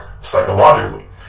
psychologically